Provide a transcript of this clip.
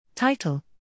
Title